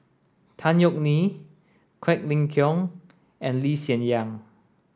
Tan Yeok Nee Quek Ling Kiong and Lee Hsien Yang